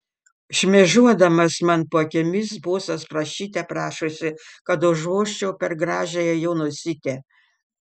šmėžuodamas man po akimis bosas prašyte prašosi kad užvožčiau per gražiąją jo nosytę